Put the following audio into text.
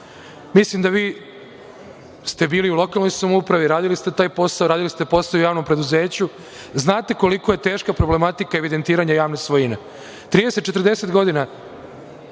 mislim da ste vi bili u lokalnoj samoupravi, radili ste taj posao, radili ste posao u javnom preduzeću i znate koliko je teška problematika evidentiranja javne svojine. Trideset,